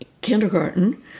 kindergarten